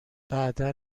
بعدا